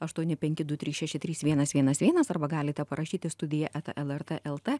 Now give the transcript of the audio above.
aštuoni penki du trys šeši trys vienas vienas vienas arba galite parašyti studija eta lrt lt